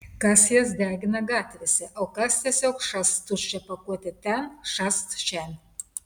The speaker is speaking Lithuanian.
kas jas degina gatvėse o kas tiesiog šast tuščią pakuotę ten šast šen